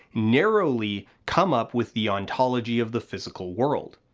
narrowly come up with the ontology of the physical world.